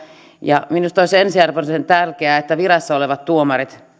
ja minusta olisi ensiarvoisen tärkeää että myös virassa olevat tuomarit